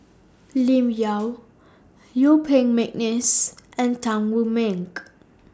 Lim Yau Yuen Peng Mcneice and Tan Wu Meng